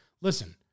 listen